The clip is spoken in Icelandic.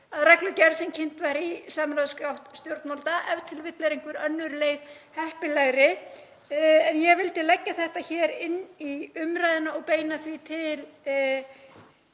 að reglugerð sem kynnt var í samráðsgátt stjórnvalda. Ef til vill er einhver önnur leið heppilegri. En ég vildi leggja þetta hér inn í umræðuna og beina því til